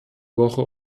woche